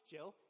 Jill